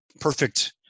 perfect